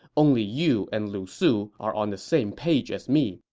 only you and lu su are on the same page as me.